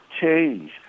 change